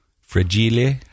Fragile